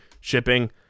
shipping